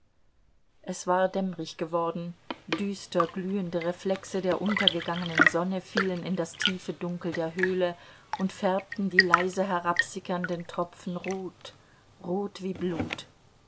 es war dämmerig geworden düster glühende reflexe der untergegangenen sonne fielen in das tiefe dunkel der höhle und färbten die leise herabsickernden tropfen rot rot wie blut